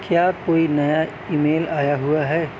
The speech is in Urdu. کیا کوئی نیا ای میل آیا ہوا ہے